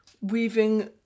weaving